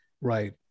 Right